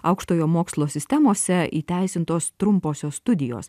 aukštojo mokslo sistemose įteisintos trumposios studijos